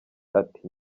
ati